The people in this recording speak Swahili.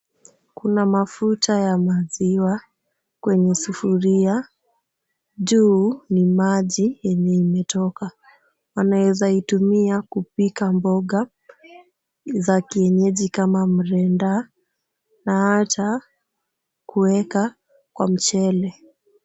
Kuna mafuta ya maziwa kwenye sufuria. Juu ni maji yenye imetoka. Wanaweza itumia kupika mboga za kienyeji kama mrenda na ata kuweka kwa mchele.